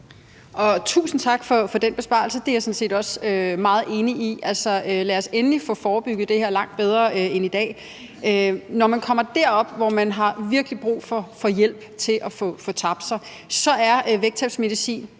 Tusind tak for den besvarelse. Det er jeg sådan set også meget enig i. Altså, lad os endelig få forebygget det her langt bedre end i dag. Når man kommer derop, hvor man virkelig har brug for hjælp til at tabe sig, er vægttabsmedicin